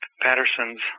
Patterson's